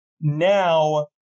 Now